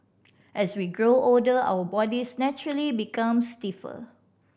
as we grow older our bodies naturally become stiffer